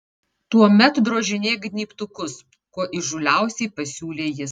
tuomet drožinėk gnybtukus kuo įžūliausiai pasiūlė jis